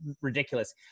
ridiculous